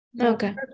Okay